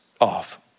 off